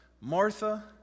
Martha